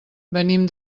venim